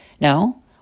No